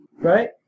right